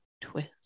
twist